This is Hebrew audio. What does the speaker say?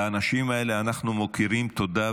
לאנשים האלה אנחנו מכירים תודה,